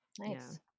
nice